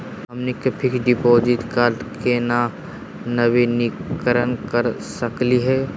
हमनी के fix deposit क केना नवीनीकरण करा सकली हो?